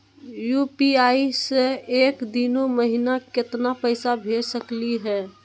UPI स एक दिनो महिना केतना पैसा भेज सकली हे?